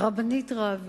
הרבנית רביץ,